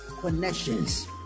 connections